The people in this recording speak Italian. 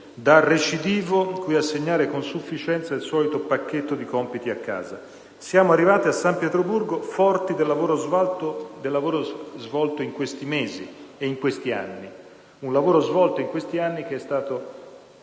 da recidivo cui assegnare con sufficienza il solito pacchetto di compiti a casa. Siamo arrivati a San Pietroburgo forti del lavoro svolto in questi mesi e in questi anni: un lavoro che è stato